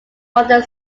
brother